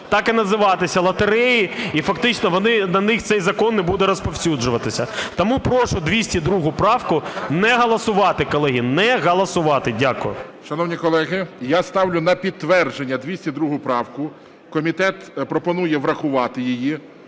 так і називатися – лотереї, і фактично на них цей закон не буде розповсюджуватися. Тому прошу 202 правку не голосувати, колеги, не голосувати. Дякую. ГОЛОВУЮЧИЙ. Шановні колеги, я ставлю на підтвердження 202 правку. Комітет пропонує врахувати її.